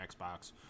xbox